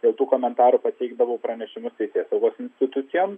dėl tų komentarų pateikdavau pranešimus teisėsaugos institucijom